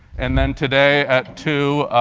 and then today at two